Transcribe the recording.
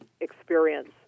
experience